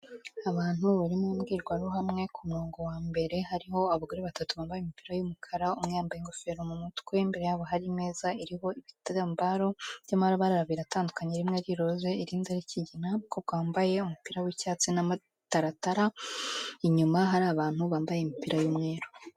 Abantu bari mu mbwirwaruhame, ku murongo wa mbere hariho abagore batatu bambaye imipira y'umukara, umwe yambaye ingofero mu mutwe, imbere yabo hari imeza iriho ibitambaro by'amabara abiri atandukanye, rimwe ry'iroze irindi ari ikigina, umukobwa wambaye umupira w'icyatsi n'amataratara, inyuma hari abantu bambaye imipira y'umweru.